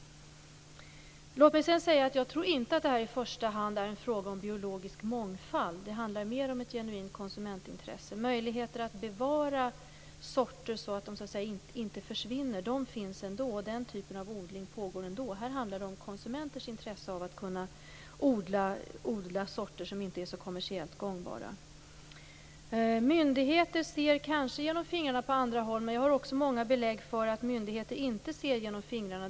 Låt mig vidare säga att jag inte tror att det här i första hand är en fråga om biologisk mångfald. Det handlar mer om ett genuint konsumentintresse. Möjligheter att bevara sorter så att de inte försvinner finns ändå. Den typen av odling pågår. Här handlar det om konsumenters intresse av att kunna odla sorter som inte är så kommersiellt gångbara. Myndigheter ser kanske genom fingrarna på andra håll, men jag har också många belägg för att myndigheter inte ser genom fingrarna.